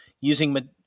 using